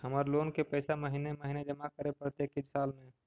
हमर लोन के पैसा महिने महिने जमा करे पड़तै कि साल में?